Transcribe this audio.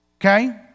Okay